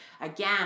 again